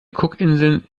cookinseln